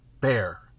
Bear